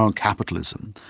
um capitalism,